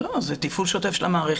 זה תפעול שוטף של המערכת.